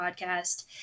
podcast